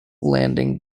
landing